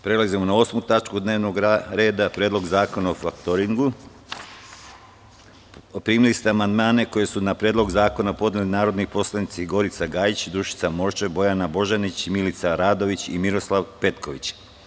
Prelazimo na 8. tačku dnevnog reda – PREDLOG ZAKONA O FAKTORINGU Primili ste amandmane koje su na Predlog zakona podneli narodni poslanici: Gorica Gajić, Dušica Morčev, Bojana Božanić, Milica Radović i Miroslav Petković.